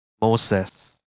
Moses